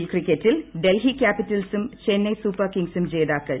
L ക്രിക്കറ്റിൽ ഡൽഹി ക്യാപിറ്റൽസും Chennai super കിങ്സും ജേതാക്കൾ